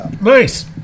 Nice